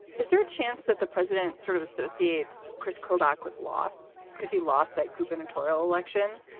is there a chance that the president sort of associates kris kobach with loss because he lost that gubernatorial election?